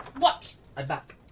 what! i'm back.